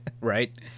right